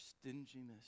stinginess